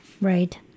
right